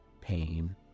pain